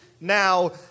Now